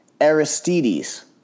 Aristides